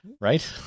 Right